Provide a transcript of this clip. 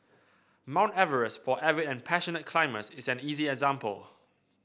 Mount Everest for avid and passionate climbers is an easy example